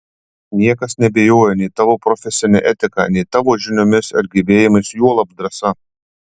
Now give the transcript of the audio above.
niekas neabejoja nei tavo profesine etika nei tavo žiniomis ir gebėjimais juolab drąsa